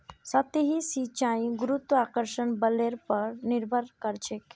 सतही सिंचाई गुरुत्वाकर्षण बलेर पर निर्भर करछेक